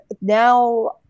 now